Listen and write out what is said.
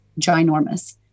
ginormous